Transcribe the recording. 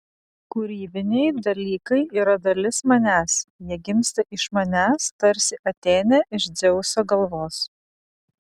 kūrybiniai dalykai yra dalis manęs jie gimsta iš manęs tarsi atėnė iš dzeuso galvos